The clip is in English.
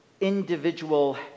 individual